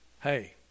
Hey